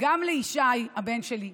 גם לישי, הבן שלי,